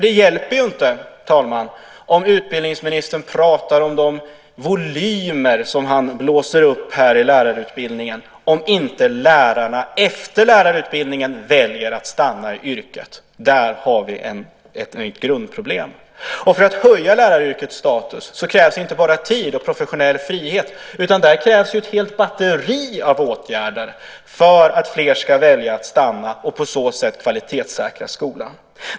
Det hjälper inte, herr talman, om utbildningsministern pratar om volymer i lärarutbildningen, som han blåser upp, om inte lärarna efter lärarutbildningen väljer att stanna i yrket. Där har vi ett grundproblem. För att höja läraryrkets status krävs inte bara tid och professionell frihet, utan det krävs ett helt batteri av åtgärder för att fler ska välja att stanna och på så sätt kvalitetssäkra skolan.